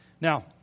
Now